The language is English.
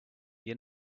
your